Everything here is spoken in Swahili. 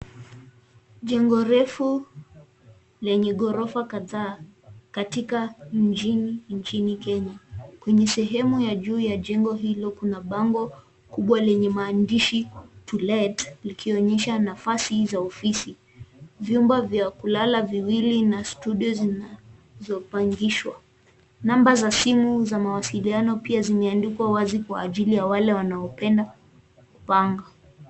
Jengo refu lenye ghorofa kadhaa katika mjini nchini Kenya. Kwenye sehemu ya juu ya jengo hilo kuna bango kubwa lenye maandishi to let ikionyesha nafasi za ofisi. Vyumba vya kulala viwili na studio zinazopangishwa. Namba za simu za mawasiliano pia zimeandikwa wazi kwa ajili ya wale wanaopenda kupanga.